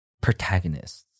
protagonists